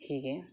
ಹೀಗೆ